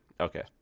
okay